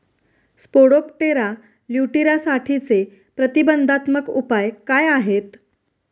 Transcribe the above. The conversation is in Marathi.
स्पोडोप्टेरा लिट्युरासाठीचे प्रतिबंधात्मक उपाय काय आहेत?